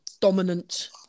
dominant